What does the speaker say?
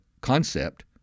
concept